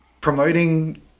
promoting